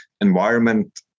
environment